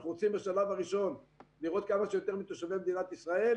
אנחנו רוצים בשלב הראשון לראות כמה שיותר מתושבי מדינת ישראל,